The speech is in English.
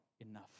enough